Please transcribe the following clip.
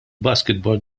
basketball